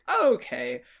okay